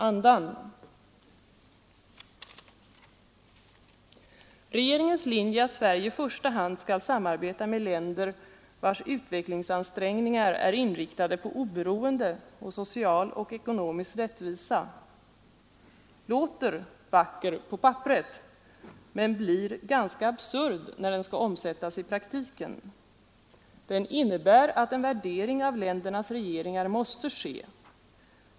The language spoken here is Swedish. Onsdagen den Regeringens linje, att Sverige i första hand skall samarbeta med länder 24 april 1974 vilkas utvecklingsansträngningar är inriktade på oberoende och på social och ekonomisk rättvisa, förefaller vacker på papperet men blir ganska Internationellt absurd när den skall omsättas i praktiken. Den innebär att en värdering av utvecklingssamarbete ländernas regeringar måste göras.